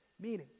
meaning